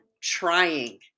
trying